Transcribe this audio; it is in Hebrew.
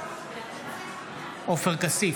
בעד עופר כסיף,